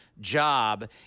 job